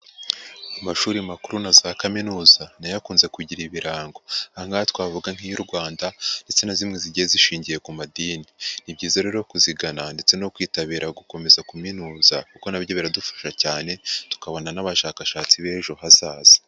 Amashuri makuru na za kaminuza nayo akunze kugira ibirango. Aha ngaha twavuga nk'iy'u Rwanda ndetse na zimwe zigiye zishingiye ku madini. Ni byiza rero kuzigana ndetse no kwitabira gukomeza kuminuza kuko nabyo biradufasha cyane, tukabona n'abashakashatsi b'ejo hazaza.